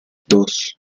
dos